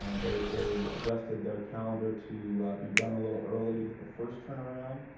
ah they they adjusted their calendar to be done a little early the first turn-around.